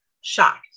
shocked